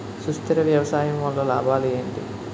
సుస్థిర వ్యవసాయం వల్ల లాభాలు ఏంటి?